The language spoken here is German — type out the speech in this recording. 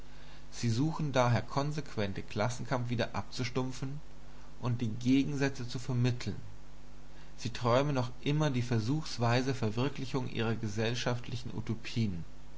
sie suchen daher konsequent den klassenkampf wieder abzustumpfen und die gegensätze zu vermitteln sie träumen noch immer die versuchsweise verwirklichung ihrer gesellschaftlichen utopien